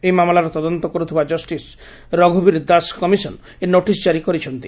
ଏହି ମାମଲାର ତଦନ୍ତ କର୍ଥିବା ଜଷିସ ରଘୁବୀର ଦାସ କମିଶନ ଏହି ନୋଟିସ ଜାରି କରିଛନ୍ତି